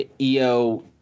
EO